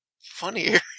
funnier